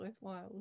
worthwhile